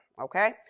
Okay